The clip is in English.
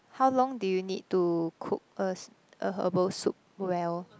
how long do you need to cook us a herbal soup well